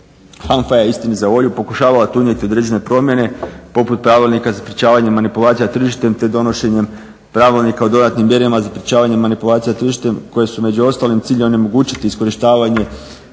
HANFA je istini za volju pokušavala tu unijeti određene promjene poput Pravilnika za sprječavanje manipulacija tržištem, te donošenjem Pravilnika o dodatnim mjerama za sprječavanje manipulacija tržištem koje su među ostalim cilj onemogućiti iskorištavanje